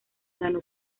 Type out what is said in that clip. ganó